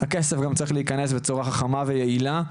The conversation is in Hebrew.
הכסף גם צריך להיכנס בצורה חכמה ויעילה,